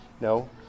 No